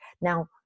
Now